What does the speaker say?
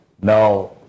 Now